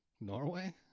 Norway